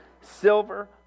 silver